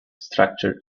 structure